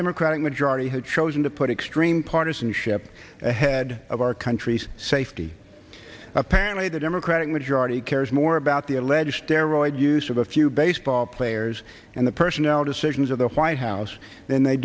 democratic majority has chosen to put extreme partisanship ahead of our country's safety apparently the democratic majority cares more about the alleged arrowhead use of a few baseball players and the personnel decisions of the white house than they